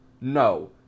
No